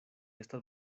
estas